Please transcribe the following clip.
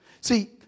See